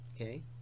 okay